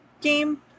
game